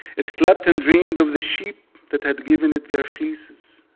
it slept and dreamed of the sheep that had given it their fleeces.